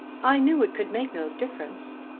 i knew it could make no difference.